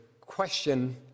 question